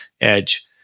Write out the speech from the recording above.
edge